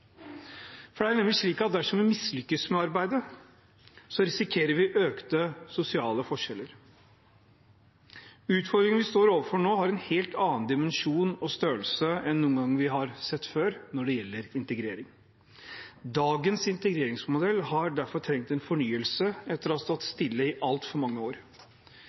tid. Det er nemlig slik at dersom vi mislykkes med arbeidet, risikerer vi økte sosiale forskjeller. Utfordringen vi står overfor nå, har en helt annen dimensjon og størrelse enn vi har sett noen gang før når det gjelder integrering. Dagens integreringsmodell hadde derfor trengt en fornyelse etter å ha stått stille i altfor mange år.